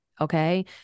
okay